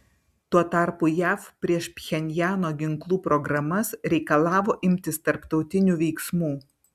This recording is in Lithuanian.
tuo tarpu jav prieš pchenjano ginklų programas reikalavo imtis tarptautinių veiksmų